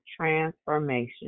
Transformation